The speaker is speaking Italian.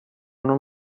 non